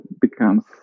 becomes